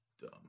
Dumb